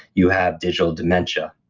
you have digital dementia.